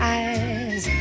eyes